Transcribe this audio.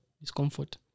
discomfort